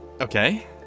Okay